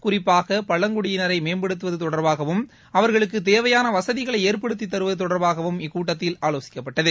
குறிப்பாக பழங்குடியினரை மேம்படுத்துவது தொடர்பாகவும் அவர்களுக்கு தேவையான வசதிகளை ஏற்படுத்தி தருவது தொடர்பாகவும் இக்கூட்டத்தில் ஆலோசிக்கப்பட்டது